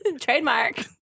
Trademark